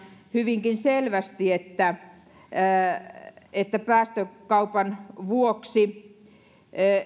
hyvinkin selvästi sen tosiasian että päästökaupan vuoksi